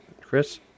Chris